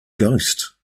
ghost